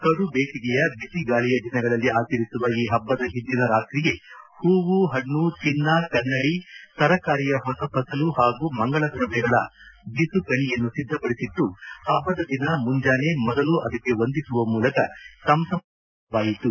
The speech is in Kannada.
ಕಡು ಬೇಸಿಗೆಯ ಬಿಸಿ ಗಾಳಿಯ ದಿನಗಳಲ್ಲಿ ಆಚರಿಸುವ ಈ ಹಬ್ಬದ ಹಿಂದಿನ ರಾತ್ರಿಯೇ ಹೂವು ಹಣ್ಣು ಚಿನ್ನ ಕನ್ನಡಿ ತರಕಾರಿಯ ಹೊಸ ಫಸಲು ಹಾಗೂ ಮಂಗಳದ್ರವ್ಯಗಳ ಬಿಸು ಕಣಿ ಯನ್ನು ಸಿದ್ಧಪಡಿಸಿಟ್ಟು ಹಬ್ಬದ ದಿನ ಮುಂಜಾನೆ ಮೊದಲು ಅದಕ್ಕೆ ವಂದಿಸುವ ಮೂಲಕ ಸಂಭ್ರಮದ ಆಚರಣೆ ಆರಂಭವಾಯಿತು